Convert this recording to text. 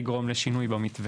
יגרום לשינוי במתווה,